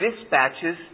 dispatches